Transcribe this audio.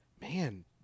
Man